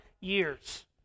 years